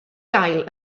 gael